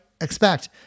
expect